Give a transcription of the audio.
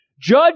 Judge